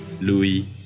Louis